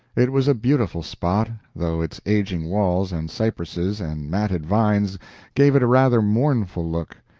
it was a beautiful spot, though its aging walls and cypresses and matted vines gave it a rather mournful look.